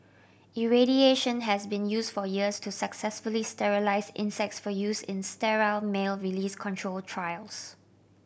irradiation has been use for years to successfully sterilise insects for use in sterile male release control trials